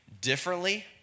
differently